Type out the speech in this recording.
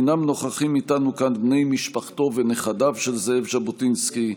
לא נוכחים איתנו כאן בני משפחתו ונכדיו של זאב ז'בוטינסקי,